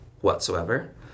whatsoever